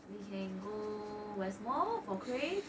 we can go west mall for crave